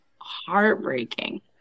heartbreaking